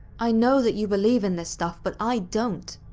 i know that you believe in this stuff, but i don't.